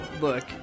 look